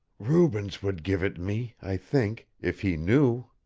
rubens would give it me, i think, if he knew.